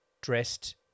dressed